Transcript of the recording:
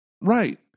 right